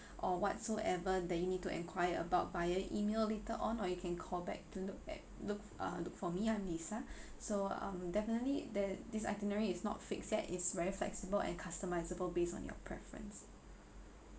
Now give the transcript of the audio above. or whatsoever that you need to inquire about via email later on or you can call back to look at look uh look for me I'm lisa so um definitely that this itinerary is not fixed yet is very flexible and customizable based on your preference